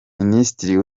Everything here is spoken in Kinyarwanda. minisitiri